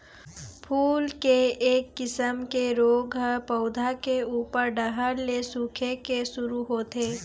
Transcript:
फूल के एक किसम के रोग ह पउधा के उप्पर डहर ले सूखे के शुरू होथे